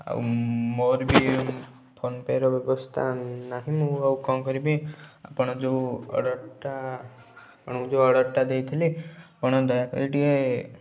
ଆଉ ମୋର ବି ଫୋନ୍ ପେର ବ୍ୟବସ୍ଥା ନାହିଁ ମୁଁ ଆଉ କ'ଣ କରିବି ଆପଣ ଯେଉଁ ଅର୍ଡ଼ରଟା ଆପଣଙ୍କୁ ଯେଉଁ ଅର୍ଡ଼ରଟା ଦେଇଥିଲି ଆପଣ ଦୟାକରି ଟିକେ